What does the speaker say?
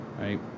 right